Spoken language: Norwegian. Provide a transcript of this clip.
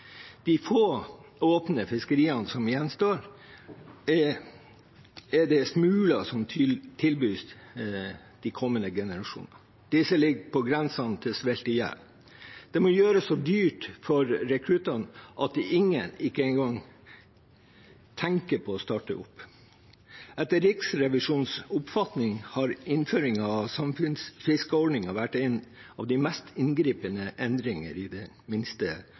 de få åpne fiskeriene som gjenstår, er det smuler som tilbys de kommende generasjonene. Disse ligger på grensen til sveltihjel. Det må gjøres så dyrt for rekruttene at ingen engang tenker på å starte opp. Etter Riksrevisjonens oppfatning har innføringen av samfiskeordningen vært en av de mest inngripende endringene i den minste